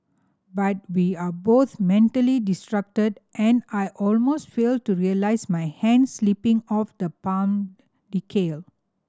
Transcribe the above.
but we are both mentally distracted and I almost fail to realise my hand slipping off the palm decal